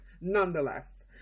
Nonetheless